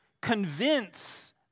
convince